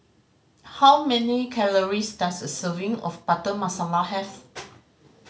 how many calories does a serving of Butter Masala have